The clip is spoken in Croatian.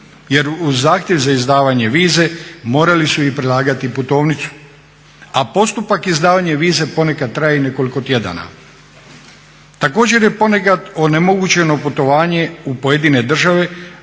jer uz zahtjev za izdavanje vize morali su i prilagati i putovnicu. A postupak izdavanja vize ponekad traje i nekoliko tjedana. Također je ponekad onemogućeno putovanje u pojedine države